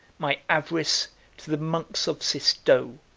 my avarice to the monks of cisteaux,